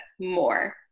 more